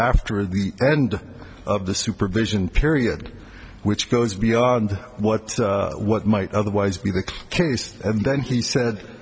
after the end of the supervision period which goes beyond what what might otherwise be the case and then he said